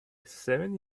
seven